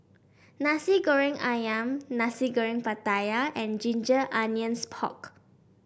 Nasi Goreng ayam Nasi Goreng Pattaya and Ginger Onions Pork